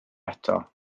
eto